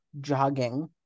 Jogging